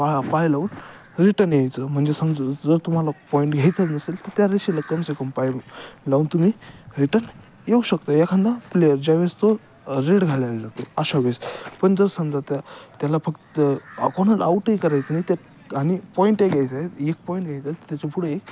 पा पाय लावून रिटर्न यायचं म्हणजे समजा जर तुम्हाला पॉईंट घ्यायचं नसेल तर त्या रेषेला कम से कम पाय लावून तुम्ही रिटर्न येऊ शकता एखादा प्लेयर ज्यावेळेस तो रेड घालायला जातो अशा वेळेस पण जर समजा त्या त्याला फक्त अपोनर आऊटही करायचं नाही ते आणि पॉईंटही घ्यायचं आहे एक पॉईंट घ्यायचा आहे तर त्याच्या पुढे